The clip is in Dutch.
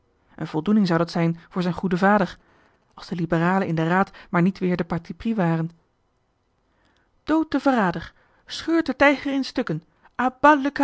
een voldoening zou dat zijn voor zijn goeden vader als de liberalen in den raad maar niet weer de parti pris waren doodt den verrader scheurt den tijger in stukken